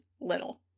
little